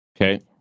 Okay